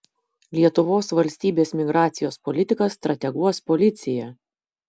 lietuvos valstybės migracijos politiką strateguos policija